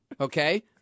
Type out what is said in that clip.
okay